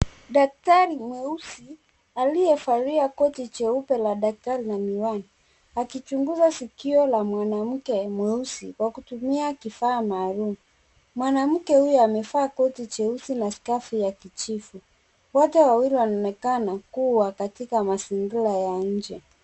Daktari mweusi aliyevalia koti jeupe la daktari na miwani akichunguza sikio la mwanamke mweusi kwa kutumia kifaa maalum. Mwanamke huyu amevaa koti jeusi na skafu ya kijivu. Wote wawili wanaonekana kuwa katika mazingira ya nje.